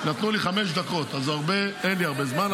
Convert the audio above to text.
נתנו לי חמש דקות אז אין לי הרבה זמן.